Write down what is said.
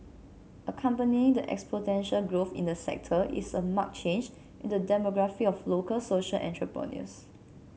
accompanying the exponential growth in the sector is a marked change in the demographic of local social entrepreneurs